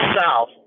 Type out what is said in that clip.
south